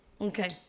Okay